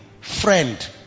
friend